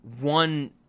one